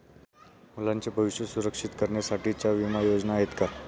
मुलांचे भविष्य सुरक्षित करण्यासाठीच्या विमा योजना आहेत का?